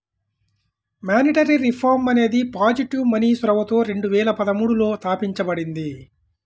monetary reform అనేది positive money చొరవతో రెండు వేల పదమూడులో తాపించబడింది